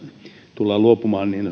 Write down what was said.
tullaan luopumaan